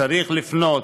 צריך לפנות